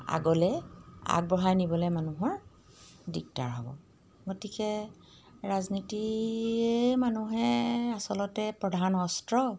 আগলৈ আগবঢ়াই নিবলৈ মানুহৰ দিগদাৰ হ'ব গতিকে ৰাজনীতি মানুহে আচলতে প্ৰধান অস্ত্ৰ